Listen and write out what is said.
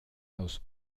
aus